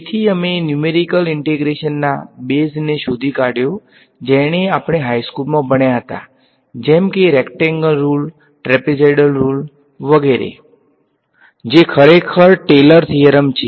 તેથી અમે numerical integration ના બેઝ ને શોધી કાઢ્યો જેને આપણે હાઈસ્કુલમાં ભણ્યા હતા જેમ કે રેક્ટેંગલ રુલ ટ્રેપેઝોઇડલ રુલ યગેરે જે ખરેખર ટેલર થીયરમ છે